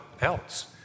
else